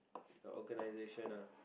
a organisation ah